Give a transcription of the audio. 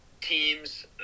teams